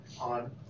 on